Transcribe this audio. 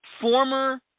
former